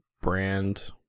brand